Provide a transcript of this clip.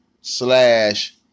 slash